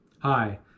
Hi